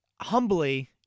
humbly